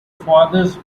fathers